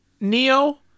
Neo